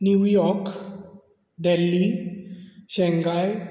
New York Delhi Shanghai